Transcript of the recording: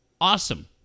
awesome